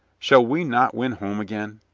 shall we not win home again?